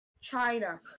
China